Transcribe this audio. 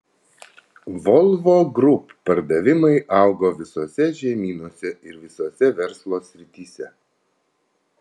volvo group pardavimai augo visose žemynuose ir visose verslo srityse